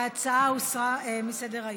ההצעה הוסרה מסדר-היום.